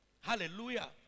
Hallelujah